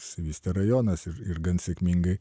išsivystė rajonas ir ir gan sėkmingai